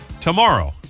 tomorrow